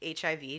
HIV